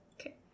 Okay